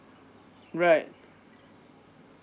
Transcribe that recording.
right